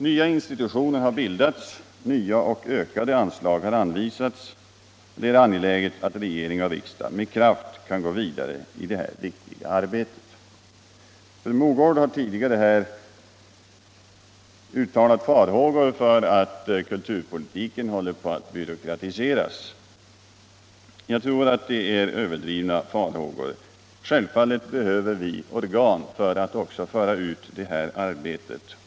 Nya institutioner har bildats. Nya och ökade anslag har anvisats. Det är angeläget att regering och riksdag med kraft kan gå vidare i detta viktiga arbete. Fru Mogård uttalade farhågor för att kulturpolitiken håller på att byråkratiseras. Jag tror att det är överdrivna farhågor. Självfallet behöver vi organ för att också kunna föra ut det här arbetet.